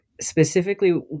specifically